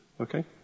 Okay